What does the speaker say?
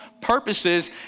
purposes